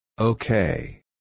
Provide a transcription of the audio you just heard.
Okay